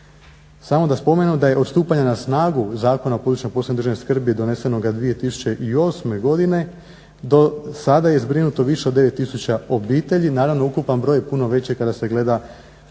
Samo da spomenem da je od stupanja na snagu Zakona o područjima posebne državne skrbi donesenoga 2008. godine do sada je zbrinuto više od 9000 obitelji. Naravno, ukupan broj puno je veći kada se gleda